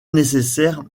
nécessaire